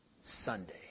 Sunday